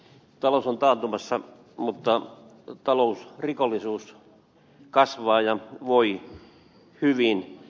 talous on taantumassa mutta talousrikollisuus kasvaa ja voi hyvin